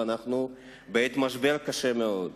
ואנחנו בעת משבר קשה מאוד.